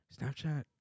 Snapchat